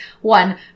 one